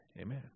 Amen